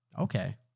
Okay